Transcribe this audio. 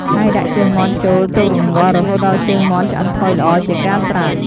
ហើយដាក់ជើងមាន់ចូលទុករម្ងាស់រហូតដល់ជើងមាន់ឆ្អិនផុយល្អជាការស្រេច។